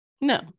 no